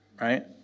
right